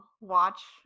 watch